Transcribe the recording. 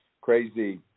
crazy